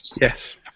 yes